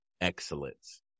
excellence